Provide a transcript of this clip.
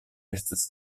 estas